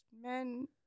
men